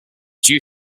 due